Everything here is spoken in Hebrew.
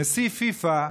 נשיא פיפ"א,